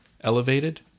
elevated